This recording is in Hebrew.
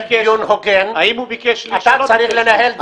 דיון הוגן --- האם הוא ביקש --- אתה צריך לנהל דיון הוגן.